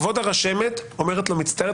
כבוד הרשמת אומרת לו: מצטערת,